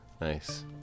Nice